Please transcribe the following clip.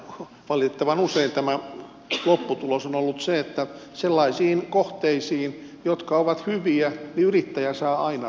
valitettavan usein tämä lopputulos on ollut se että sellaisiin kohteisiin jotka ovat hyviä yrittäjä saa aina rahaa